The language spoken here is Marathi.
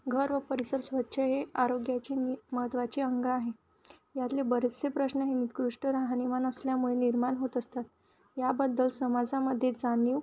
घर व परिसर स्वच्छ हे आरोग्याची नि महत्त्वाचे अंग आहे यातले बरेचसे प्रश्न हे निकृष्ट राहणीमान असल्यामुळे निर्माण होत असतात याबद्दल समाजामध्ये जाणीव